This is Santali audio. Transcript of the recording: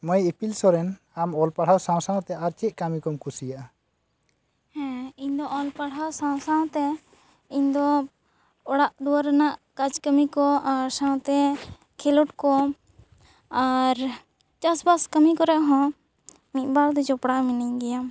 ᱢᱟᱹᱭ ᱤᱯᱤᱞ ᱥᱚᱨᱮᱱ ᱟᱢ ᱚᱞ ᱯᱟᱲᱦᱟᱣ ᱥᱟᱶ ᱥᱟᱶ ᱛᱮ ᱟᱨ ᱪᱮᱫ ᱠᱟᱹᱢᱤ ᱠᱚᱢ ᱠᱩᱥᱤᱭᱟᱜᱼᱟ ᱦᱮᱸ ᱤᱧ ᱫᱚ ᱚᱞ ᱯᱟᱲᱦᱟᱣ ᱥᱟᱶ ᱥᱟᱶ ᱛᱮ ᱤᱧ ᱫᱚ ᱚᱲᱟᱜ ᱫᱩᱣᱟᱹᱨ ᱨᱮᱱᱟᱜ ᱠᱟᱡᱽ ᱠᱟᱹᱢᱤ ᱟᱨ ᱥᱟᱶᱛᱮ ᱠᱷᱮᱞᱳᱰ ᱠᱚ ᱟᱨ ᱪᱟᱥ ᱵᱟᱥ ᱠᱟᱹᱢᱤ ᱠᱚᱨᱮ ᱦᱚᱸ ᱢᱤᱫ ᱵᱟᱨ ᱫᱚ ᱡᱚᱯᱲᱟᱣ ᱢᱤᱱᱟᱹᱧ ᱜᱮᱭᱟ